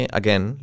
again